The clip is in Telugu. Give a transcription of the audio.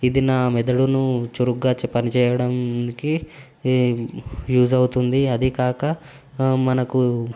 ఇది నా మెదడును చురుకుగా పని చేయడానికి యూజ్ అవుతుంది అదే కాక మనకు